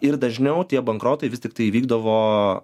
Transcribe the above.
ir dažniau tie bankrotai vis tiktai įvykdavo